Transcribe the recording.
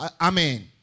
Amen